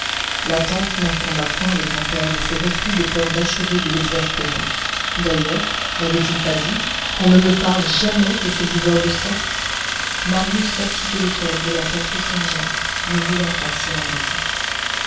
la tante n'informa point le grand-père de ce refus de peur d'achever de l'exaspérer d'ailleurs n'avait-il pas dit qu'on ne me parle jamais de ce buveur de sang marius sortit de l'hôtel de la porte saint-jacques ne voulant pas s'y endetter